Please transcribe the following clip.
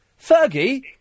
Fergie